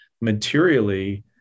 materially